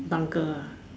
bunker ah